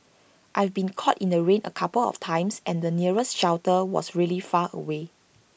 I've been caught in the rain A couple of times and the nearest shelter was really far away